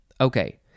Okay